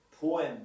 poem